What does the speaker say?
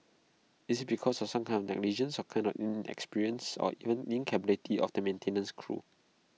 is IT because of some kind of negligence or kind of inexperience or even incapability of the maintenance crew